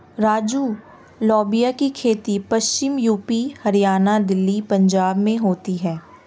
राजू लोबिया की खेती पश्चिमी यूपी, हरियाणा, दिल्ली, पंजाब में होती है